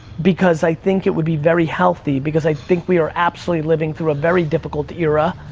because i think it would be very healthy, because i think we are absolutely living through a very difficult era,